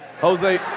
Jose